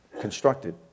constructed